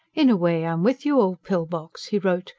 in a way i'm with you, old pill-box, he wrote.